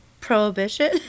Prohibition